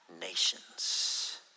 nations